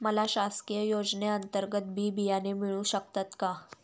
मला शासकीय योजने अंतर्गत बी बियाणे मिळू शकतात का?